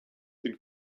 den